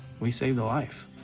we saved a life.